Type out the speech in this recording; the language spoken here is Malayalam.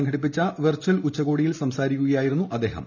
സംഘടിപ്പിച്ച വെർച്ചൽ ഉച്ചകോടിയിൽ സംസാരിക്കുകയായിരുന്നു അദ്ദേഹം